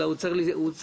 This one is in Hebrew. אלא הוא צריך לנסוע,